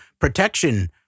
protection